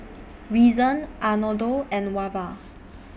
Reason Arnoldo and Wava